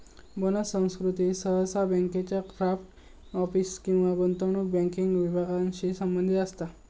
bonus संस्कृती सहसा बँकांच्या फ्रंट ऑफिस किंवा गुंतवणूक बँकिंग विभागांशी संबंधित असता